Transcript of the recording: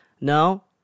No